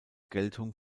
geltung